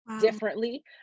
differently